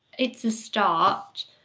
it's a start.